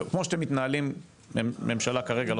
כמו שאתם מתנהלים עם ממשלה כרגע,